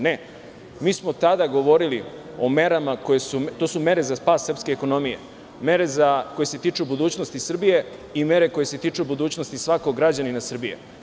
Ne, mi smo tada govorili o merama, koje su za spas srpske ekonomije, mere koje se tiču budućnosti Srbije i mere koje se tiču budućnosti svakog građanina Srbije.